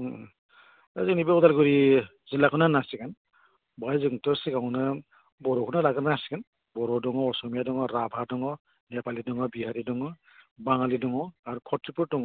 दा जोंनि बे उदालगुरि जिल्लाखौनो होननांसिगोन बेवहाय जोंथ' सिगाङावनो बर'खौनो लाग्रोनांसिगोन बर' दङ असमिया दङ राभा दङ नेपालि दङ बिहारि दङ बाङालि दङ आरो खत्रिफोर दङ